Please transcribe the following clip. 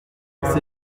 c’est